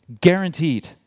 Guaranteed